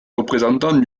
représentants